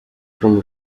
from